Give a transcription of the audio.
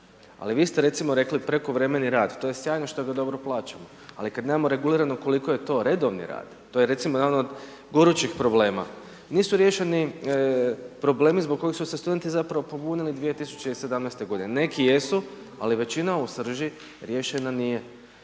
Ali, vi ste recimo rekli, prekovremeni rad, to je sjajno što je dobro plaćeno. Ali, kada nemamo regulirano koliko je to redovni rad, to je recimo jedan od gorućih problema, nisu riješeni problemi zbog kojeg su se studenti zapravo pobunili 2017. g. Neki jesu, ali većina u srži riješena nije.